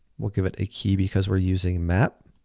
we'll give it a key because we're using map.